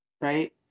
Right